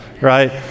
right